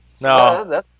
No